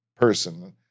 person